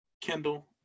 Kendall